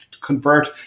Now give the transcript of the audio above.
Convert